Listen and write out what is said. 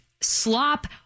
slop